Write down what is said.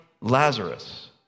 Lazarus